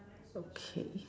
okay